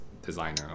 designer